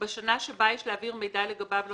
בשנה שבה יש להעביר מידע לגביו לראשונה,